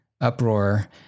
uproar